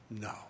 no